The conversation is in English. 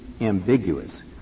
ambiguous